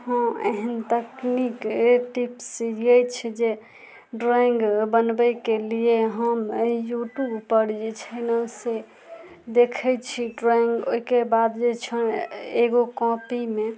एहन तकनीक टिप्स अछि जे ड्रॉइंग बनबैके लिए हम यूट्यूब पर जे छै ने से देखै छी ड्रॉइंग ओहिके बाद जे छनि एगो कॉपीमे